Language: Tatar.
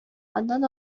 аннан